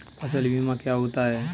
फसल बीमा क्या होता है?